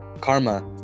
Karma